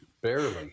Barely